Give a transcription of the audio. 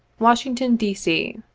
washington, d. c.